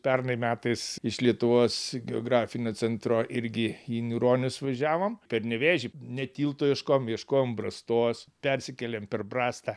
pernai metais iš lietuvos geografinio centro irgi į niūronis važiavom per nevėžį ne tilto ieškojom ieškojom brastos persikėlėm per brastą